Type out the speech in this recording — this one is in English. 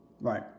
Right